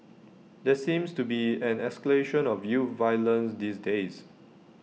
there seems to be an escalation of youth violence these days